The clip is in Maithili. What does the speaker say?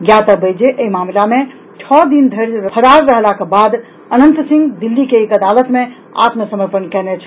ज्ञातव्य अछि जे एहि मामिला मे छओ दिन धरि फरार रहलाक बाद अनंत सिंह दिल्ली के एक अदालत मे आत्मसमर्पण कयने छल